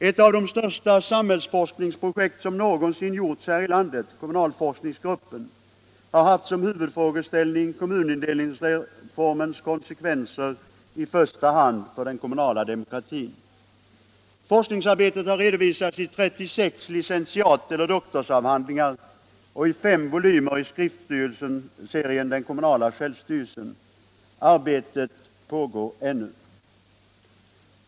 Ett av de största samhällsforskningsprojekten någonsin här i landet, kommunalforskningsgruppen, har haft som huvudfrågeställning kommunindelningsreformens konsekvenser, i första hand för den kommunala demokratin. Forskningsarbetet har redovisats i 36 licentiateller doktorsavhandlingar och i fem volymer i skriftserien Den kommunala självstyrelsen. Arbetet pågår ännu.